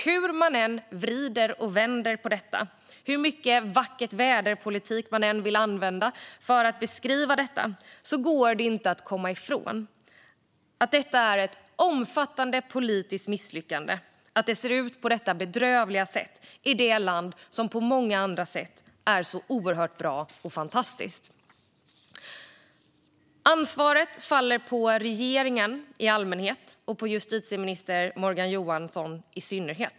Hur man än vrider och vänder på detta och hur mycket vackert-väder-politik man än vill använda för att beskriva detta går det inte att komma ifrån att det är ett omfattande politiskt misslyckande att det ser ut på detta bedrövliga sätt i det land som på många andra sätt är så oerhört bra och fantastiskt. Ansvaret faller på regeringen i allmänhet och på justitieminister Morgan Johansson i synnerhet.